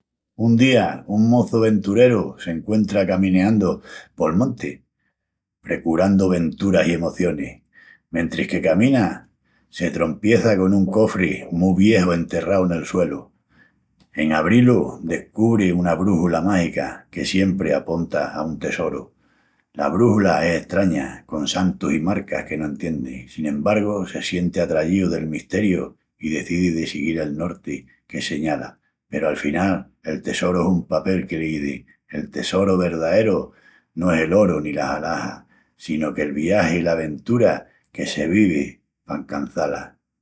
Un día, un moçu ventureru s'encuentra camineandu pol monti, precurandu venturas i emocionis. Mentris que camina, se trompieça con un cofri mu vieju enterrau nel suelu. En abrí-lu, descubri una brúxula mágica que siempri aponta a un tesoru. La brúxula es estraña, con santus i marcas que no entiendi. Sin embargu, se sienti atrayíu del misteriu i decidi de siguil el norti que señala. Peru afinal el tesoru es un papel que l'izi: "El tesoru verdaeru no es el oru ni las alajas, sino que'l viagi i la aventura que se vivi pa ancança-las".